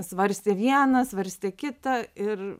svarstė viena svarstė kitą ir